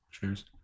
Cheers